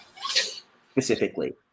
specifically